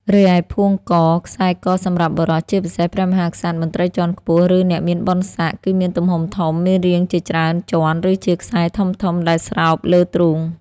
រីឯផួងក/ខ្សែកសម្រាប់បុរស ជាពិសេស ព្រះមហាក្សត្រ មន្ត្រីជាន់ខ្ពស់ ឬអ្នកមានបុណ្យស័ក្តិ គឺមានទំហំធំ មានរាងជាច្រើនជាន់ ឬជាខ្សែធំៗ ដែលស្រោបលើទ្រូង។